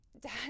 Dad